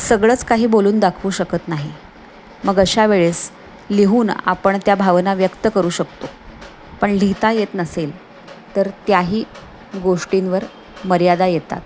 सगळंच काही बोलून दाखवू शकत नाही मग अशावेळेस लिहून आपण त्या भावना व्यक्त करू शकतो पण लिहिता येत नसेल तर त्याही गोष्टींवर मर्यादा येतात